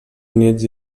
units